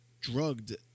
drugged